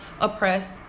oppressed